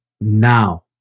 now